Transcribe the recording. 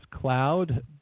Cloud